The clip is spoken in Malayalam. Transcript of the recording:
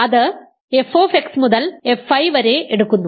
അത് f മുതൽ f i വരെ എടുക്കുന്നു